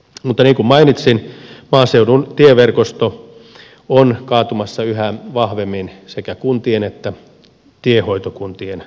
mutta niin kuin mainitsin maaseudun tieverkosto on kaatumassa yhä vahvemmin sekä kuntien että tiehoitokuntien vastuulle